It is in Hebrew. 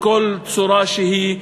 בכל צורה שהיא,